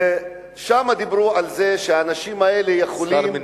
שם דיברו על זה שהאנשים האלה יכולים, שכר מינימום.